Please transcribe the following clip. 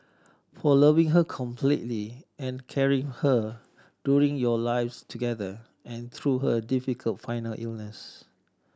for loving her completely and caring her during your lives together and through her difficult final illness